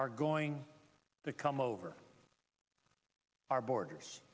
are going to come over our borders